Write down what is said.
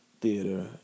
Theater